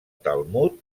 talmud